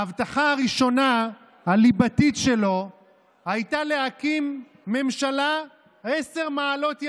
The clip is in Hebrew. ההבטחה הראשונה הליבתית שלו הייתה להקים ממשלה עשר מעלות ימינה.